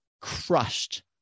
crushed